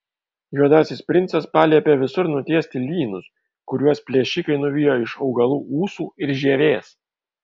juodasis princas paliepė visur nutiesti lynus kuriuos plėšikai nuvijo iš augalų ūsų ir žievės